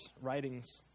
writings